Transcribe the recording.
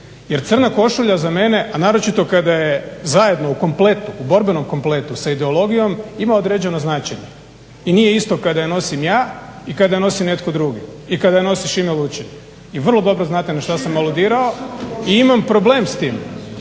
Jer crna košulja za mene, a naročito kada je zajedno u kompletu u borbenom kompletu sa ideologijom ima određeno značenje. I nije isto kada je nosim ja i kada je nosi netko drugi, i kada je nosi Šime Lučin. I vrlo dobro znate na što sam aludirao i imam problem s tim.